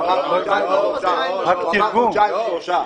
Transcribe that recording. הוא אמר: חודשיים שלושה.